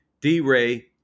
d-ray